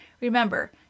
Remember